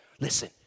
listen